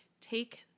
take